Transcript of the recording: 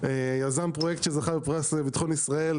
יזם פרויקט שזכה בפרס לביטחון ישראל,